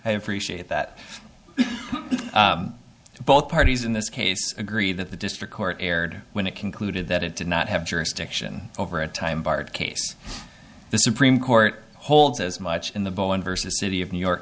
honor that both parties in this case agree that the district court erred when it concluded that it did not have jurisdiction over a time barred case the supreme court holds as much in the bowl and versus city of new york